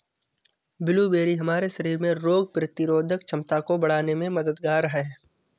blueberry हमारे शरीर में रोग प्रतिरोधक क्षमता को बढ़ाने में मददगार है